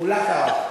מולט ארדו.